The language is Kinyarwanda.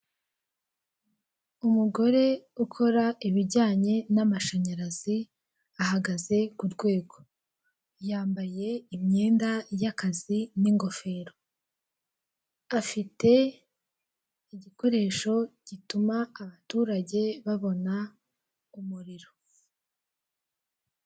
Umugore ukora ibijyanye n'amashanyarazi ahagaze ku rwego, yambaye imyenda y'akazi n'ingofero afite igikoresho gituma abaturage babona umuriro.